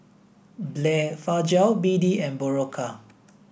Blephagel B D and Berocca